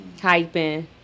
Hyping